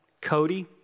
Cody